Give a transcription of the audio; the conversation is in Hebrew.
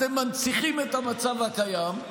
אתם מנציחים את המצב הקיים,